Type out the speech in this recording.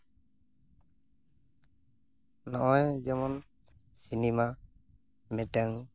ᱱᱚᱜᱼᱚᱭ ᱡᱮᱢᱚᱱ ᱥᱤᱱᱤᱢᱟ ᱢᱤᱫᱴᱮᱝ